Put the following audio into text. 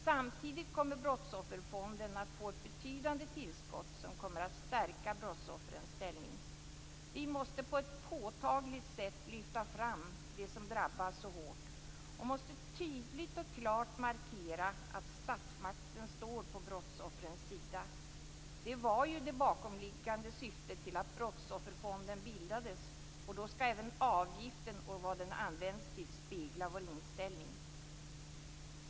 Samtidigt kommer Brottsofferfonden att få ett betydande tillskott som kommer att stärka brottsoffrens ställning. Vi måste på ett påtagligt sätt lyfta fram dem som drabbats så hårt, och vi måste mycket tydligt och klart markera att statsmakten står på brottsoffrens sida. Det var ju det bakomliggande syftet till att Brottsofferfonden bildades, och då skall även avgiften och vad den används till spegla vår inställning.